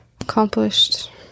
Accomplished